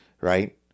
right